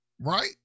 right